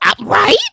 right